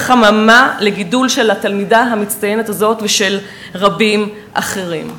חממה לגידול של התלמידה המצטיינת הזאת ושל רבים אחרים.